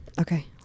okay